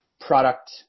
product